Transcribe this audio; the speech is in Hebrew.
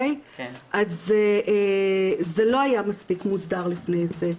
אז זה לא היה מספיק מוסדר לפני זה.